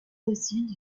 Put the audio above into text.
dessus